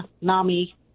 NAMI